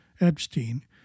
Epstein